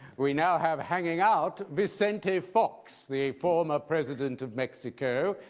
we now have hanging out vicente fox, the former president of mexico.